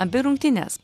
abi rungtynes